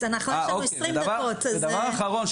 דבר אחרון,